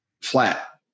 flat